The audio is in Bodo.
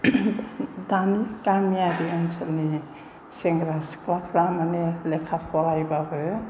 दानि गामियारि ओनसोलनिनो सेंग्रा सिख्लाफोरा माने लेखा फरायबाबो